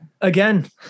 Again